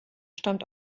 stammt